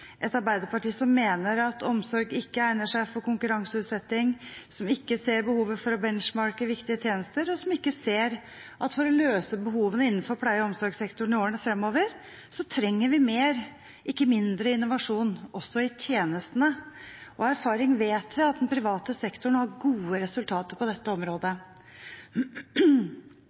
et Arbeiderparti som mener at omsorg ikke egner seg for konkurranseutsetting, som ikke ser behovet for å benchmarke viktige tjenester, og som ikke ser at for å løse behovene innenfor pleie- og omsorgssektoren i årene framover, trenger vi mer, ikke mindre innovasjon også i tjenestene. Av erfaring vet vi at den private sektoren har gode resultater på dette området.